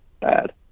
bad